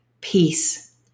Peace